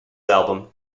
album